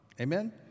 Amen